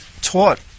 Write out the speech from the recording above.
taught